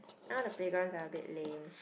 now the playgrounds are a bit lame